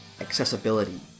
accessibility